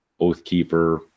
Oathkeeper